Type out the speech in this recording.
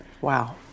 Wow